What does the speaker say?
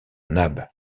nab